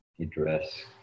address